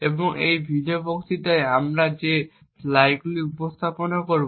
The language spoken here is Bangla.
এবং এই ভিডিও বক্তৃতায় আমরা আজকে যে স্লাইডগুলি উপস্থাপন করব